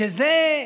שזה,